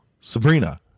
Sabrina